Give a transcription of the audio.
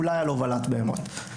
אולי על הובלת בהמות.